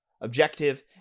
objective